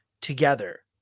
together